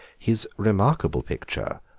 his remarkable picture,